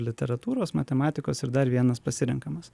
literatūros matematikos ir dar vienas pasirenkamas